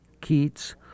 Keats